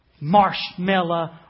marshmallow